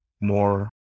more